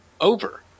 over